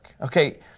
Okay